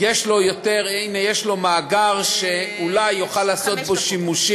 יש לו מאגר שאולי הוא יוכל לעשות בו שימושים,